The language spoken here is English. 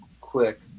quick